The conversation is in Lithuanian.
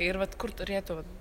ir vat kur turėtų vat